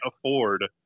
afford